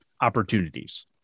opportunities